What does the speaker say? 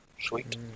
Sweet